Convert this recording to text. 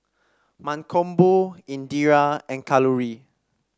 Mankombu Indira and Kalluri